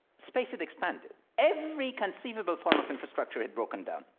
space had expanded. every conceivable form of infrastructure had broken down.